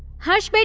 harsh! but